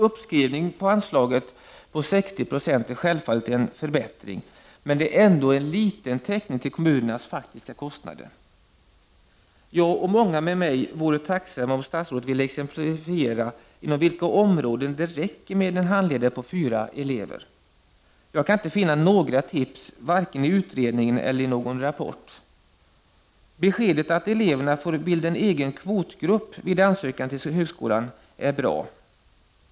Uppskrivningen av anslaget på 60 96 är självfallet en förbätt ring, men det är ändå en liten täckning av kommunernas faktiska kostnader. Jag och många med mig vore tacksamma om statsrådet ville exemplifiera inom vilka områden det räcker med en handledare på fyra elever. Jag kan inte finna några tips, varken i utredningen eller i någon rapport. Beskedet att eleverna får bilda en egen kvotgrupp vid ansökan till högskolan är bra.